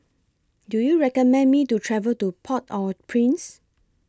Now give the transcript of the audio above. Do YOU recommend Me to travel to Port Au Prince